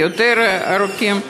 יותר ארוכים.